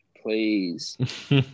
please